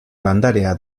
landarea